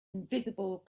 invisible